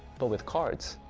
but with cards,